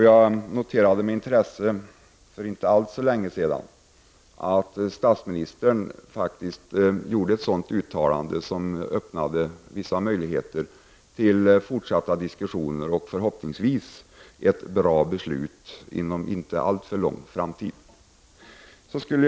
Jag noterade med intresse för inte alltför länge sedan att statsministern faktiskt gjorde ett sådant uttalande som öppnade vissa möjligheter till fortsatta diskussioner och förhoppningsvis ett bra beslut inom inte alltför lång framtid. Fru talman!